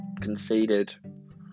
conceded